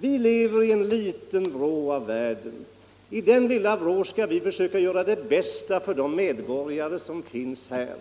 Vi lever i en liten vrå av världen, och i den lilla vrån skall vi som riksdagsmän försöka göra det bästa för de medborgare som finns här.